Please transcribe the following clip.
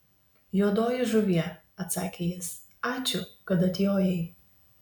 juodoji žuvie atsakė jis ačiū kad atjojai